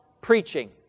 preaching